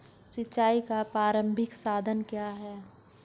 सिंचाई का प्रारंभिक साधन क्या है?